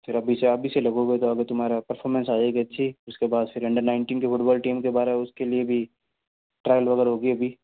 फिर अभी से अभी से लगोगे तो आगे तुम्हारा परफॉर्मेन्स आ जाएगी अच्छी उसके बाद अंडर नाइनटीन के फुटबॉल टीम के बाहर उसके लिए भी ट्रायल वगैरह होगी